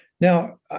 Now